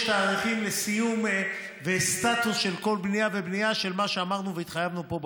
יש תאריכים לסיום וסטטוס של כל בנייה ובנייה של מה שאמרנו והתחייבנו פה,